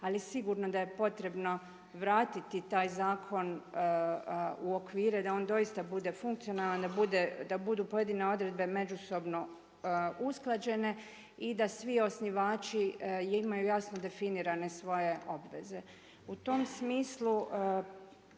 ali sigurno da je potrebno vratiti taj zakon u okvire da on doista bude funkcionalan, da budu pojedine odredbe međusobno usklađene i da svi osnivači imaju jasno definirane svoje obveze. U tom smislu